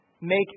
make